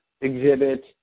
exhibit